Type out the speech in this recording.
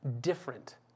different